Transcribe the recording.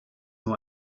nur